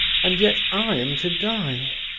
and yet i am to die